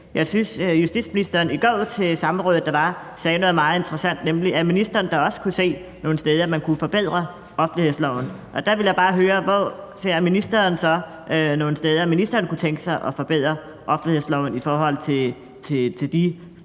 Jeg synes, at justitsministeren i går til samrådet, der var, sagde noget meget interessant, nemlig at ministeren da også kunne se nogle steder, man kunne forbedre offentlighedsloven, og der ville jeg bare høre, hvor ministeren så ser de steder, som ministeren kunne tænke sig at forbedre i offentlighedsloven i forhold til de